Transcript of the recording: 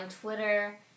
Twitter